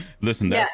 Listen